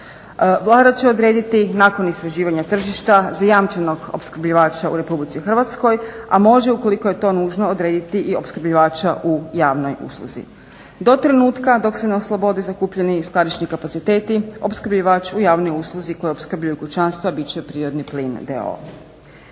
Vlada će odrediti nakon istraživanja tržišta zajamčenog opskrbljivača u RH, a može ukoliko je to nužno odrediti i opskrbljivača u javnoj usluzi. Do trenutka dok se ne oslobode zakupljeni i skladišni kapaciteti opskrbljivač u javnoj usluzi koji opskrbljuje kućanstva bit će prirodni plin.